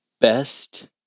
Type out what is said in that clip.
best